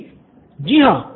student ४ जी हाँ